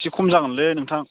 एसे खम जागोनलै नोंथां